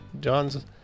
John's